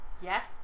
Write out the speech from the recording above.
Yes